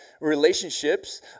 relationships